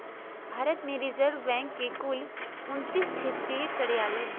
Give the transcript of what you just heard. भारत में reserve bank के कुल उन्तीस क्षेत्रीय कार्यालय हइ